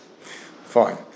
Fine